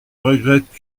regrette